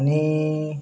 आणि